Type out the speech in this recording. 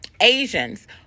asians